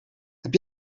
heb